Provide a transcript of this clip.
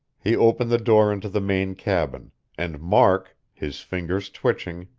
he opened the door into the main cabin and mark, his fingers twitching,